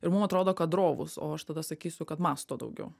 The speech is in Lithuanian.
ir mum atrodo kad drovūs o aš tada sakysiu kad mąsto daugiau